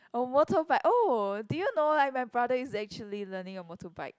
oh motorbike oh do you know like my brother used to actually learning a motorbike